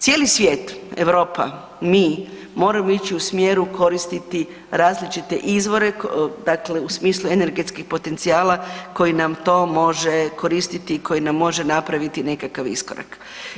Cijeli svijet, Europa, mi moramo ići u smjeru koristiti različite izvore dakle u smislu energetskih potencijala koji nam to može koristiti i koji nam može napraviti nekakav iskorak.